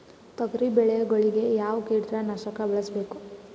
ತೊಗರಿಬೇಳೆ ಗೊಳಿಗ ಯಾವದ ಕೀಟನಾಶಕ ಬಳಸಬೇಕು?